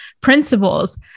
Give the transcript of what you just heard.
principles